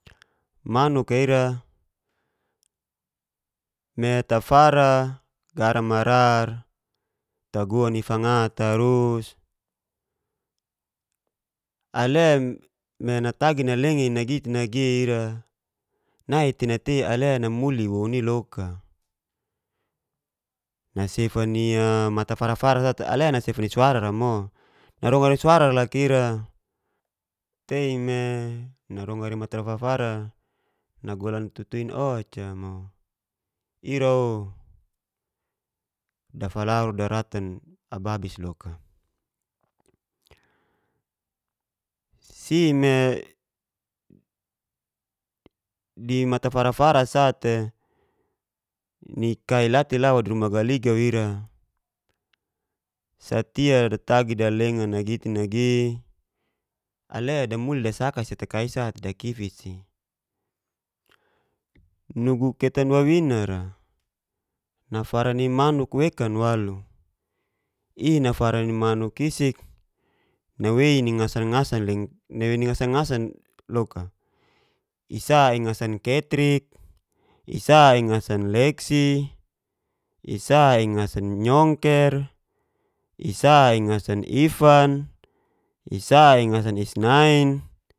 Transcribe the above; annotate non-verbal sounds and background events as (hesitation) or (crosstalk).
Manuk'a ira me tafara garan marar taguan'i fanga tarus ale me natagi nalenga i nagi te nagi ira nai'te-nati ale namuli'i woun iloka, nasef nia mata fara- fara sate ale nsefa ni suara ra mo, narongar ni suara'a loka ira. Tei me narongar ni mata fara-fara nagulan tutuin ocamo ira'o dafalaru daratan ababis loka si me di mata fara-fara sate ni kai la'te la'te nai di ruma galiga'o ira satia datagi dalenga nagi te nagi ale damuli dasaka si ata kai'i sa'te dakifit si. Nugu ketan wawinar'a nafara ni manuk wekan walu, iy nafara ni makuk isik nawei ni nga'san-nga'san (hesitation) loka, i'sa ni ngasan ketrik, i'sa ingasan leksi, i'sa ingsan leksi. i'sa ingasan nyongker, i's ingasan ifan, i'sa ingasan isnain.